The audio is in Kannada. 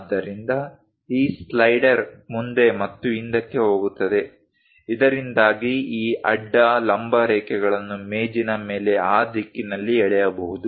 ಆದ್ದರಿಂದ ಈ ಸ್ಲೈಡರ್ ಮುಂದೆ ಮತ್ತು ಹಿಂದಕ್ಕೆ ಹೋಗುತ್ತದೆ ಇದರಿಂದಾಗಿ ಈ ಅಡ್ಡ ಲಂಬ ರೇಖೆಗಳನ್ನು ಮೇಜಿನ ಮೇಲೆ ಆ ದಿಕ್ಕಿನಲ್ಲಿ ಎಳೆಯಬಹುದು